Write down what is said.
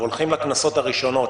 והולכים לכנסות הראשונות,